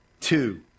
Two